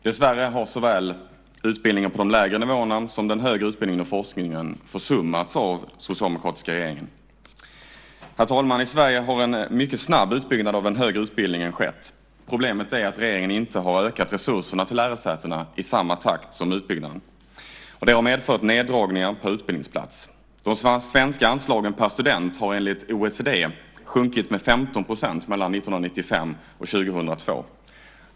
Dessvärre har såväl utbildningen på de lägre nivåerna som den högre utbildning och forskningen försummats av den socialdemokratiska regeringen. Herr talman! I Sverige har en mycket snabb utbyggnad av den högre utbildningen skett. Problemet är att regeringen inte har ökat resurserna till lärosätena i samma takt som utbyggnaden. Det har medfört neddragningar på utbildningsplatser. De svenska anslagen per student har enligt OECD sjunkit med 15 % mellan 1995 och 2002.